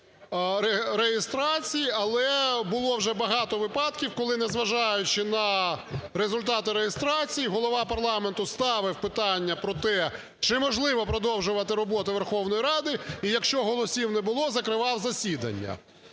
незважаючи на результати реєстрації, Голова парламенту ставив питання про те, чи можливо продовжувати роботу Верховної Ради, і якщо голосів не було, закривав засідання.